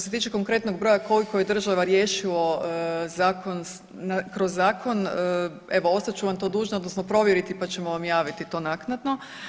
Što se tiče konkretnog broja koliko je država riješilo kroz zakon, evo ostat ću vam to dužna odnosno provjeriti, pa ćemo vam javiti to naknadno.